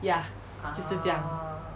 ya 就是这样